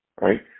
right